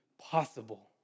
possible